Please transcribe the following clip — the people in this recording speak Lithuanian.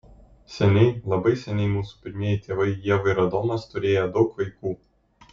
seniai labai seniai mūsų pirmieji tėvai ieva ir adomas turėję daug vaikų